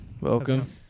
Welcome